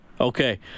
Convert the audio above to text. Okay